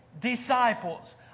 disciples